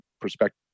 perspective